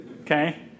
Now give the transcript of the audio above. Okay